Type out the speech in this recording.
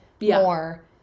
more